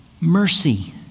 mercy